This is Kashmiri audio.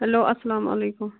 ہیٚلو اسلام علیکُم